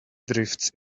drifts